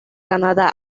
canadá